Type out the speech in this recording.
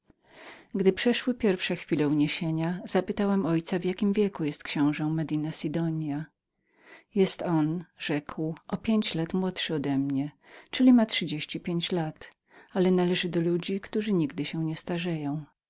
gdy przeszły pierwsze chwile uniesienia zapytałam mego ojca w jakim wieku był książe medina sidonia jest on rzekł o pięć lat młodszym odemnie czyli ma trzydzieści pięć lat ale postać jego należy do tych które zdaje się że się nigdy nie starzeją